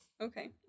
Okay